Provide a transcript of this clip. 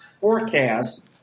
forecast